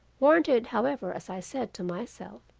warranted however as i said to myself,